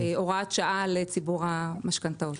הוראת שעה לציבור המשכנתאות.